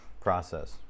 process